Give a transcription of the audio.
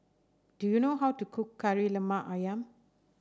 do you know how to cook Kari Lemak ayam